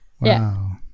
Wow